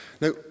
Now